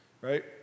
Right